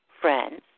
friends